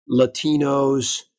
Latinos